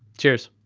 cheers.